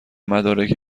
مدارک